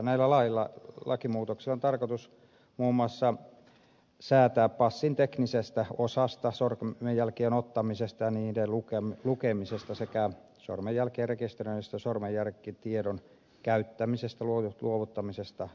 näillä lakimuutoksilla on tarkoitus muun muassa säätää passin teknisestä osasta sormenjälkien ottamisesta ja niiden lukemisesta sekä sormenjälkien rekisteröinnistä sormenjälkitiedon käyttämisestä luovuttamisesta ja suojaamisesta